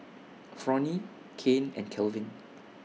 Fronie Kane and Calvin